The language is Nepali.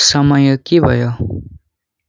समय के भयो